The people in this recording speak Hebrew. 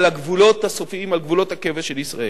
על הגבולות הסופיים, על גבולות הקבע של ישראל.